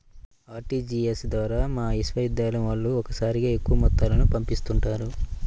RTGS ద్వారా మా విశ్వవిద్యాలయం వాళ్ళు ఒకేసారిగా ఎక్కువ మొత్తాలను పంపిస్తుంటారు